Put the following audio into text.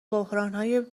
بحرانهای